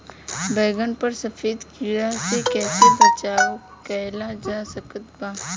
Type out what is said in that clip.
बैगन पर सफेद कीड़ा से कैसे बचाव कैल जा सकत बा?